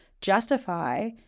justify